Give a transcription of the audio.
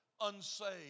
unsaved